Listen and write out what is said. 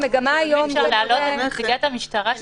אפשר להעלות את המשטרה.